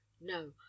no